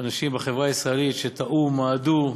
אנשים בחברה הישראלית שטעו ומעדו,